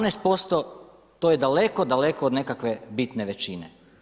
18% to je daleko, daleko od nekakve bitne većine.